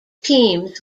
teams